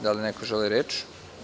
Da li neko želi reč?